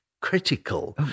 critical